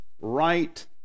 right